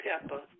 pepper